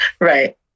Right